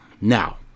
Now